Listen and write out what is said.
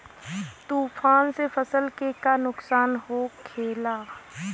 तूफान से फसल के का नुकसान हो खेला?